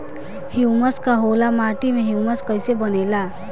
Humus का होला माटी मे ह्यूमस कइसे बनेला?